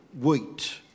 wheat